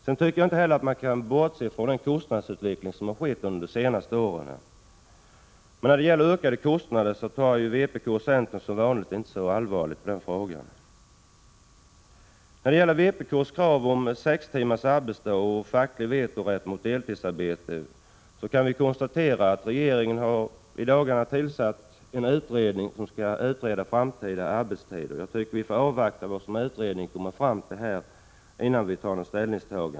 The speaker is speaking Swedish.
Sedan tycker jag inte heller att man kan bortse från den kostnadsutveckling som har skett under de senaste åren, men som vanligt när det gäller ökade kostnader tar inte centern och vpk så allvarligt på den frågan. När det gäller vpk:s krav på sex timmars arbetsdag och facklig vetorätt mot deltidsarbete kan vi konstatera att regeringen i dagarna har tillsatt en utredning som skall utreda framtida arbetstider. Jag tycker vi bör avvakta vad den kommer fram till innan vi tar ställning.